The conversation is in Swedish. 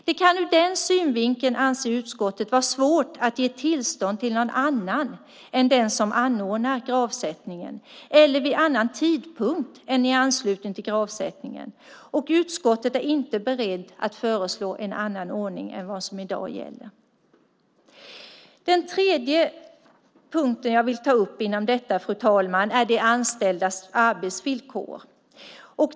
Det kan ur den synvinkeln, anser utskottet, vara svårt att ge tillstånd till någon annan än den som ordnar gravsättningen och någon annan tidpunkt än i anslutning till gravsättningen. Utskottet är inte berett att föreslå en annan ordning än vad som i dag gäller. Den tredje punkt jag vill ta upp, fru talman, är de anställdas arbetsvillkor.